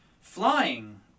Flying